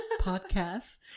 podcasts